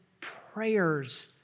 prayers